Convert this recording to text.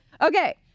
Okay